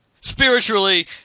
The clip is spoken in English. spiritually